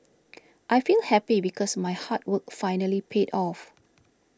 I feel happy because my hard work finally paid off